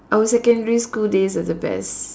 our secondary school days are the best